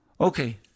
Okay